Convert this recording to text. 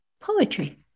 Poetry